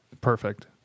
Perfect